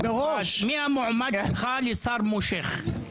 בועז, מי המועמד שלך לשר מושך?